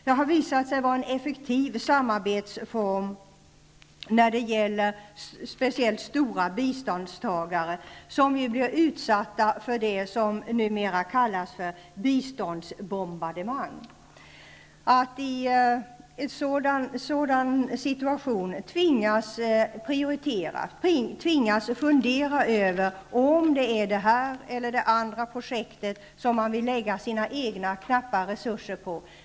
Det har visat sig vara en effektiv samarbetsform, speciellt när det gäller stora biståndstagare som utsätts för det som numera kallas för biståndsbombardemang. Man tvingas prioritera och fundera över om det är det ena eller andra projektet som man vill lägga sina egna knappa resurser på.